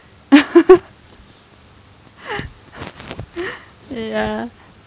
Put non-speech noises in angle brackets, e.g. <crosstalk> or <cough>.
<laughs> ya